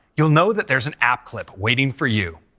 you'll know that there's an app clip waiting for you.